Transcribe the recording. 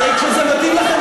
הרי כשזה מתאים לכם,